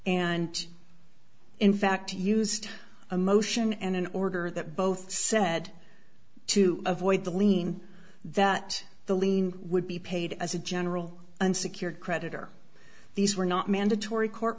and in fact used a motion and in order that both said to avoid the lien that the lien would be paid as a general unsecured creditor these were not mandatory court